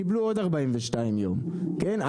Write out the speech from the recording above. קיבלו עוד 42 ימים כן?